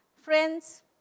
Friends